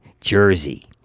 Jersey